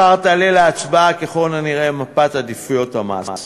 מחר תעלה להצבעה ככל הנראה מפת עדיפויות המס.